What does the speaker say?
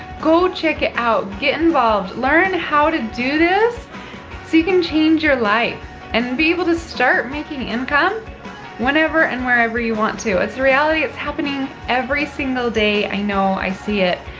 go check it out, get involved. learn how to do this so you can change your life and be able to start making income whenever and wherever you want to. it's a reality, it's happening every single day. i know, i see it.